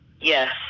yes